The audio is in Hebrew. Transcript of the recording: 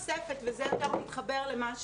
אמר.